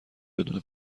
بدون